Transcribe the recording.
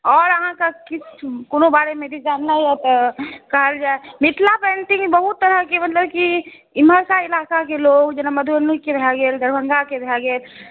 आओर अहाँके कोनो बारेमे किछु जननाइ यऽ तऽ कहल जाए मिथिला पेन्टिंग बहुत तरहके मतलब कि इम्हरका इलाकाके लोक जेना मधुबनीके भय गेल दरभङ्गाके भय गेल